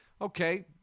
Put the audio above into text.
Okay